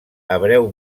hebreu